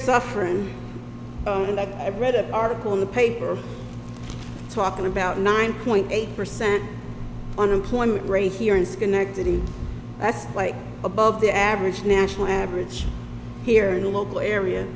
suffering i read an article in the paper talking about nine point eight percent unemployment rate here in schenectady that's like above the average national average here in the local area